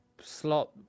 slot